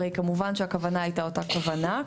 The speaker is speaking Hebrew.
הרי כמובן שהכוונה הייתה אותה כוונה.